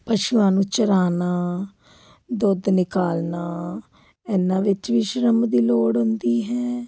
ਪਸ਼ੂਆਂ ਨੂੰ ਚਰਾਣਾ ਦੁੱਧ ਨਿਕਾਲਣਾ ਇਹਨਾਂ ਵਿੱਚ ਵੀ ਸ਼ਰਮ ਦੀ ਲੋੜ ਹੁੰਦੀ ਹੈ